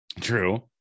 True